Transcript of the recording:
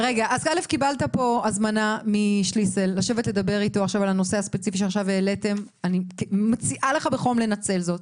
קיבלת הזמנה משליסל לשבת על הנושאים ואני מפצירה בך להיענות להזמנה.